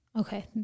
Okay